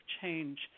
change